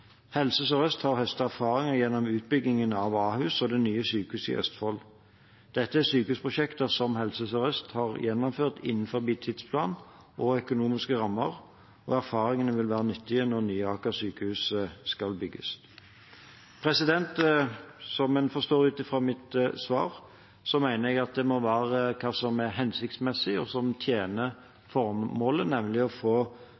Helse Sør-Øst har høstet erfaringer gjennom utbyggingen av Ahus og det nye sykehuset i Østfold. Dette er sykehusprosjekter som Helse Sør-Øst har gjennomført innenfor tidsplan og økonomiske rammer, og erfaringene vil være nyttige når nye Aker sykehus skal bygges. Som en forstår ut fra mitt svar, mener jeg det må være hva som er hensiktsmessig, og hva som tjener formålet, nemlig å få